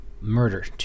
murder